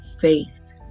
faith